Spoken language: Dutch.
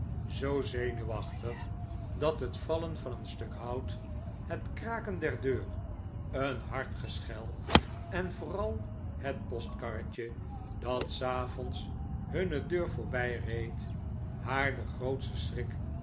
zoo zenuwachtig dat het vallen van een stuk hout het kraken der deur een hard geschel en vooral het postkarretje dat s avonds hunne deur voorbijreed haar den grootsten schrik